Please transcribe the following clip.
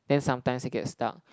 then sometimes it gets stuck